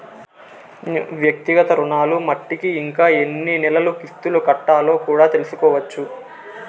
వ్యక్తిగత రుణాలు మట్టికి ఇంకా ఎన్ని నెలలు కిస్తులు కట్టాలో కూడా తెల్సుకోవచ్చు